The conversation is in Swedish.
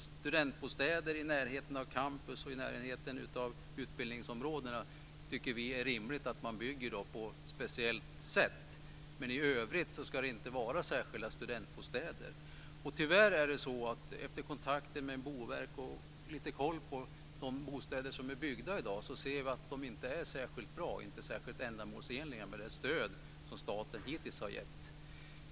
Vi tycker att det är rimligt att man bygger studentbostäder i närheten av campus och utbildningsområdena på ett speciellt sätt. Men i övrigt ska det inte vara särskilda studentbostäder. Efter kontakter med Boverket och med lite koll på de bostäder som är byggda i dag med det stöd som staten hittills har gett ser vi att de inte är särskilt bra och inte särskilt ändamålsenliga.